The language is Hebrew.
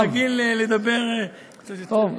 אני רגיל לדבר קצת יותר.